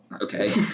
okay